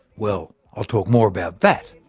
well, i'll talk more about that,